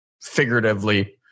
figuratively